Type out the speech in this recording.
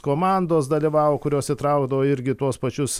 komandos dalyvavo kurios įtraukdavo irgi tuos pačius